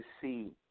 see